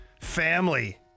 family